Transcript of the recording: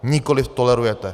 Nikoli tolerujete.